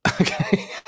Okay